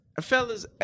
fellas